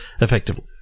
effectively